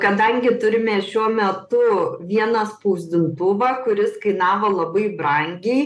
kadangi turime šiuo metu vieną spausdintuvą kuris kainavo labai brangiai